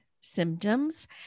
symptoms